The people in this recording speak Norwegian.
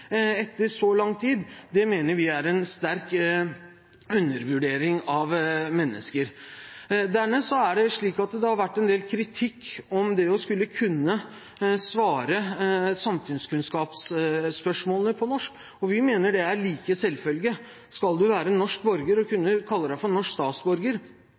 etter så lang tid, mener vi er en sterk undervurdering av mennesker. Dernest har det vært en del kritikk om det å skulle kunne besvare samfunnskunnskapsspørsmålene på norsk. Vi mener det er en like stor selvfølge. Skal man være norsk borger og kunne kalle seg en norsk statsborger